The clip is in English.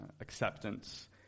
acceptance